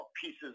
pieces